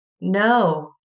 No